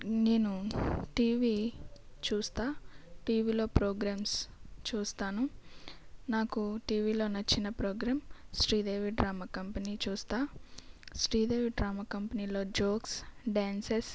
నేను టీవి చూస్తాను టీవిలో ప్రోగ్రామ్స్ చూస్తాను నాకు టీవిలో నచ్చిన ప్రోగ్రామ్ శ్రీదేవి డ్రామా కంపెనీ చూస్తాను శ్రీదేవి డ్రామా కంపెనీలో జోక్స్ డ్యాన్సస్